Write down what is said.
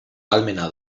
ahalmena